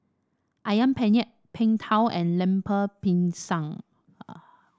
ayam Penyet Png Tao and Lemper Pisang